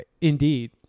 Indeed